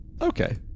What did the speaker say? Okay